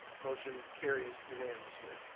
motion carries unanimously.